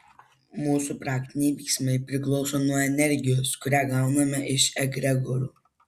mūsų praktiniai veiksmai priklauso nuo energijos kurią gauname iš egregorų